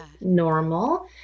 normal